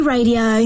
Radio